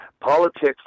politics